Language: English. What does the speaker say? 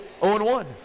0-1